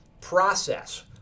process